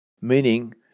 meaning